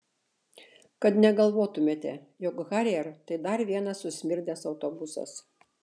kad negalvotumėte jog harrier tai dar vienas susmirdęs autobusas